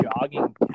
jogging